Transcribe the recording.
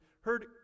heard